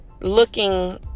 looking